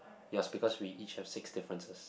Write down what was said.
it was because we each have six differences